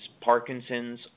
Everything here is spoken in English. Parkinson's